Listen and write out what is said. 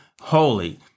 holy